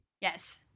Yes